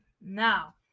Now